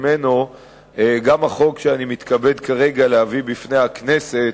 גם החוק שאני מתכבד להביא לפני הכנסת.